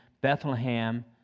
Bethlehem